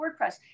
WordPress